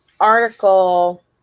article